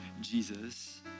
Jesus